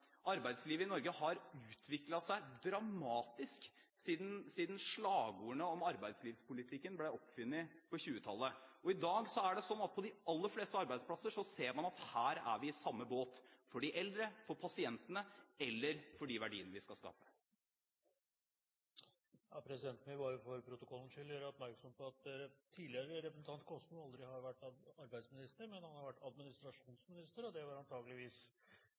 Arbeidslivet i Norge har utviklet seg dramatisk siden slagordene om arbeidslivspolitikken ble oppfunnet på 1920-tallet. I dag er det sånn at på de aller fleste arbeidsplasser ser man at her er vi i samme båt – for de eldre, for pasientene eller for de verdiene vi skal skape. Presidenten vil bare for protokollens skyld gjøre oppmerksom på at tidligere representant Jørgen Kosmo aldri har vært arbeidsminister, men han har vært administrasjonsminister, og det var antakeligvis